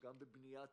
גם בבניית